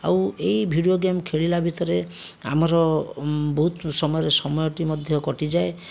ଆଉ ଏଇ video game ଖେଳିଲା ଭିତରେ ଆମର ବହୁତ ସମୟରେ ସମୟଟି ମଧ୍ୟ କଟିଯାଏ